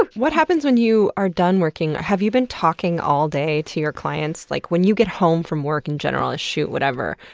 what happens when you are done working? have you been talking all day to your clients? like when you get home from work in general, a shoot or whatever,